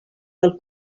del